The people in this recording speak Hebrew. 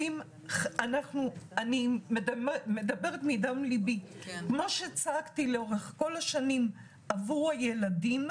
אני מדברת מדם לבי כמו שצעקתי לאורך כל השנים עבור הילדים.